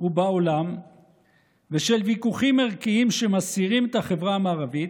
ובעולם ושל ויכוחים ערכיים שמסעירים את החברה המערבית.